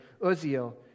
Uziel